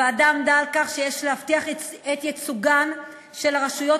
הוועדה עמדה על כך שיש להבטיח את ייצוגן של הרשויות